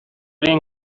این